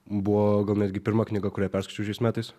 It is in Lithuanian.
buvo gal netgi pirma knyga kurią perskaičiau šiais metais